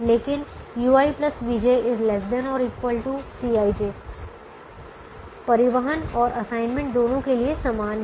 लेकिन ui vj ≤ Cij परिवहन और असाइनमेंट दोनों के लिए समान है